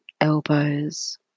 elbows